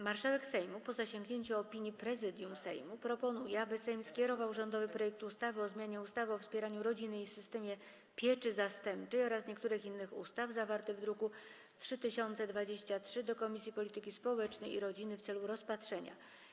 Marszałek Sejmu, po zasięgnięciu opinii Prezydium Sejmu, proponuje, aby Sejm skierował rządowy projekt ustawy o zmianie ustawy o wspieraniu rodziny i systemie pieczy zastępczej oraz niektórych innych ustaw, zawarty w druku nr 3023, do Komisji Polityki Społecznej i Rodziny w celu rozpatrzenia.